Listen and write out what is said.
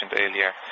earlier